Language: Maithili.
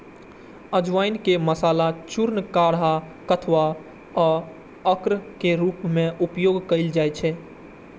अजवाइन के मसाला, चूर्ण, काढ़ा, क्वाथ आ अर्क के रूप मे उपयोग कैल जाइ छै